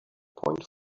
point